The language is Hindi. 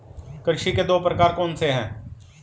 कृषि के दो प्रकार कौन से हैं?